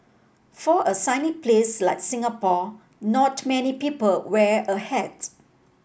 for a sunny place like Singapore not many people wear a hat